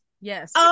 Yes